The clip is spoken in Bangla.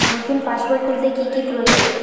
নতুন পাশবই খুলতে কি কি প্রয়োজন?